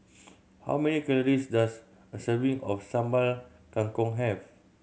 how many calories does a serving of Sambal Kangkong have